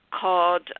called